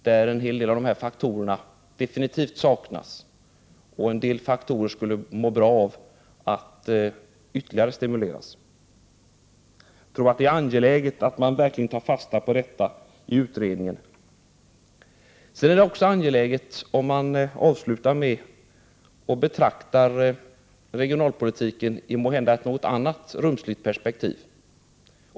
I dessa områden saknas definitivt en hel del av dessa faktorer, och en del andra faktorer skulle må bra av att ytterligare stimuleras. Det är angeläget att man tar fasta på detta i utredningen. Jag skall avsluta med att betrakta regionalpolitiken i ett måhända något annorlunda rumsligt perspektiv.